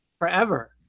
Forever